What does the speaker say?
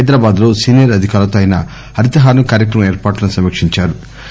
హైదరాబాద్ లో సీనియర్ అధికారులతో ఆయన హరితహారం కార్యక్రమం ఏర్పాట్లను సమీక్షించారు